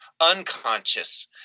unconscious